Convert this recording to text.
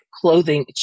clothing